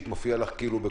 40